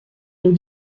nous